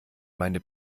meine